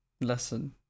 lesson